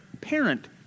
parent